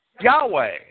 Yahweh